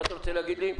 מה אתה רוצה להגיד לי?